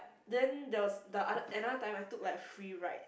then there was the other another time I took like a free ride